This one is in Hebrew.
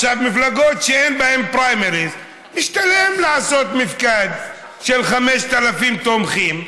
במפלגות שאין בהן פריימריז משתלם לעשות מפקד של 5,000 תומכים,